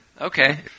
Okay